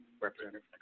Representative